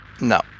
No